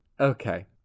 Okay